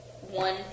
one